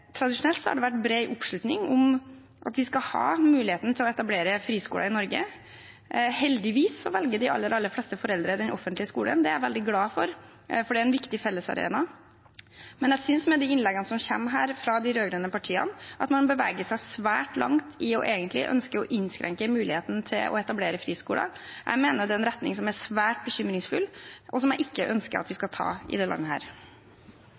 Tradisjonelt har det vært bred oppslutning om at vi skal ha mulighet til å etablere friskoler i Norge. Heldigvis velger de aller, aller fleste foreldre den offentlige skolen, og det er jeg veldig glad for, for det er en viktig fellesarena. Men jeg synes – med de innleggene som kommer her fra de rød-grønne partiene – at man beveger seg svært langt i retning av egentlig å ønske å innskrenke muligheten til å etablere friskoler. Jeg mener det er en retning som er svært bekymringsfull, og som jeg ikke ønsker at vi skal ta i dette landet.